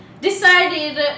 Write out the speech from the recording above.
decided